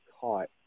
caught